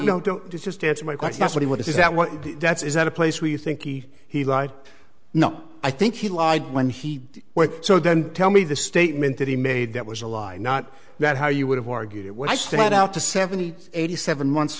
no don't just answer my question that's what he what is that what you that's is at a place where you think he he lied no i think he lied when he went so then tell me the statement that he made that was a lie not that how you would have argued it what i set out to seventy eighty seven months